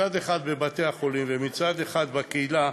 מצד אחד בבתי-החולים ומצד אחד בקהילה,